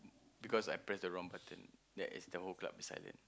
because I press the wrong button that is the whole club silent